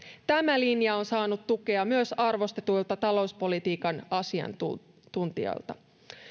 tämä linja on saanut tukea myös arvostetuilta talouspolitiikan asiantuntijoilta